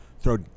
throw